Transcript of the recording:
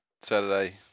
Saturday